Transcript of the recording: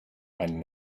mein